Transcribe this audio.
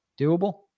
Doable